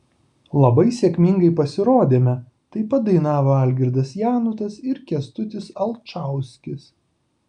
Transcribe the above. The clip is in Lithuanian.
labai sėkmingai pasirodėme taip pat dainavo algirdas janutas ir kęstutis alčauskis